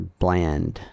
bland